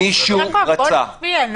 יעקב, בוא נצביע.